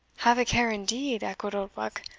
have a care indeed, echoed oldbuck.